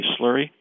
slurry